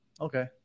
okay